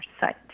site